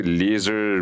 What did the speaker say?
laser